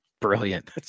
Brilliant